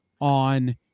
on